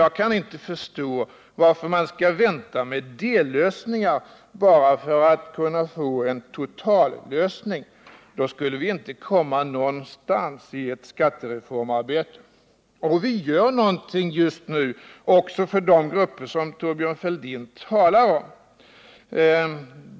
Jag kan inte förstå varför man skall vänta med dellösningar i avvaktan på en totallösning. Under sådana förhållanden skulle man inte komma någonstans i ett skattereformarbete. Vi gör också någonting just nu för de grupper som Thorbjörn Fälldin talar om.